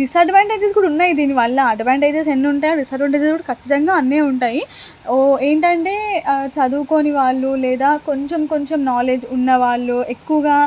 disadvantages కూడా ఉన్నాయి దీని వల్ల అడ్వాంటేజెస్ ఎన్నుంటాయో డిసడ్వాంటేజెస్ కూడా ఖచ్చితంగా అన్నే ఉంటాయి ఓ ఏంటంటే చదువుకోని వాళ్ళు లేదా కొంచెం కొంచెం నాలెడ్జ్ ఉన్నవాళ్ళు ఎక్కువగా